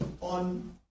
on